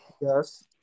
Yes